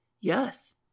yes